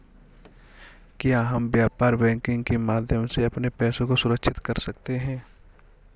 क्या हम व्यापार बैंकिंग के माध्यम से अपने पैसे को सुरक्षित कर सकते हैं?